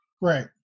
right